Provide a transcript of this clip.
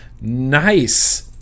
nice